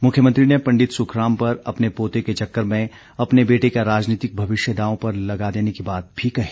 मुख्यमंत्री ने पंडित सुखराम पर अपने पोते के चक्कर में अपने बेटे का राजनीतिक भविष्य दाव पर लगा देने की बात भी कही